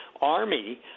army